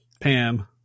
Pam